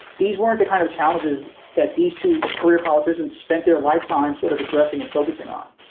these weren't the kind of challenges that these two career politicians spent their lifetime sort of addressing and focusing on.